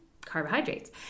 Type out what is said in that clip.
carbohydrates